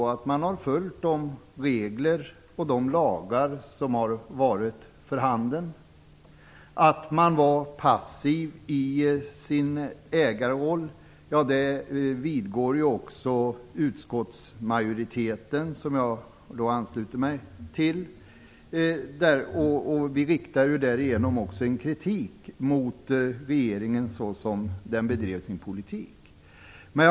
Man har följt de regler och lagar som varit för handen. Utskottsmajoriteten, som jag ansluter mig till, vidgår att regeringen var passiv i sin ägarroll. Därmed riktar man kritik mot hur regeringen bedrev sin politik.